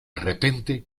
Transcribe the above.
repente